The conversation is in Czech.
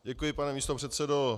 Děkuji, pane místopředsedo.